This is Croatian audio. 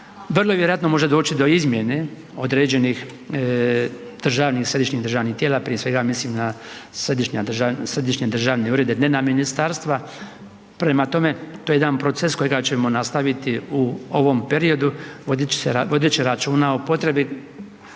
vrlo vjerojatno može doći do izmjene određenih državnih, središnjih državnih tijela, prije svega mislim na središnja državna, središnje državne urede, ne na ministarstva. Prema tome, to je jedan proces kojega ćemo nastaviti u ovom periodu vodeći računa o potrebi